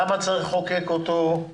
למה צריך לחוקק אותה,